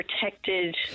protected